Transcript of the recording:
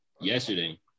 yesterday